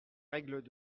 règles